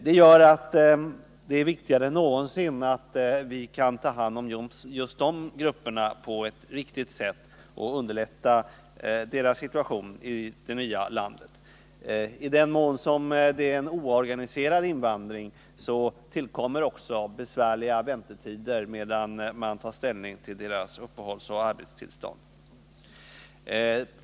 Därför är det viktigare än någonsin att vi kan ta hand om just de grupperna på ett riktigt sätt och underlätta deras situation i det nya landet. I den mån det är en oorganiserad invandring tillkommer också besvärliga väntetider medan myndigheterna tar ställning till deras uppehållsoch arbetstillstånd.